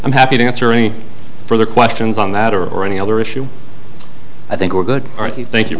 i'm happy to answer any further questions on that or or any other issue i think we're good thank you